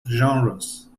genres